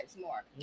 more